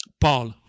Paul